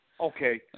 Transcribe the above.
Okay